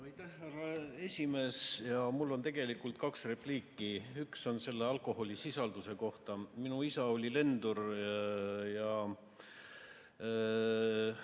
esimees! Mul on tegelikult kaks repliiki. Üks on alkoholisisalduse kohta. Minu isa oli lendur.